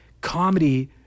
comedy